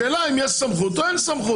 השאלה אם יש סמכות או אין סמכות.